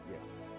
Yes